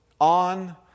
on